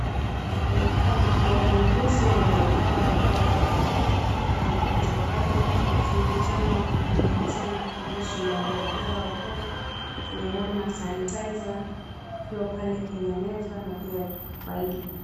Yaonekana kubwa muuguzi amevalia barakoa. Pale kuna mgonjwa ambaye wananong'onezana kuhusu mawaidha kadha wa kadha. Tunaiona sanitizer ikiwa pale kwenye meza na pia faili .